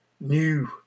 new